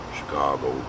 Chicago